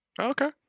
Okay